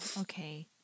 Okay